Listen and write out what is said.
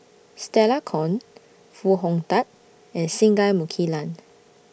Stella Kon Foo Hong Tatt and Singai Mukilan